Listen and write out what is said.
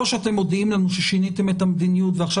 או שאתם מודיעים לנו ששיניתם את המדיניות ועכשיו